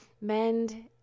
mend